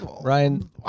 Ryan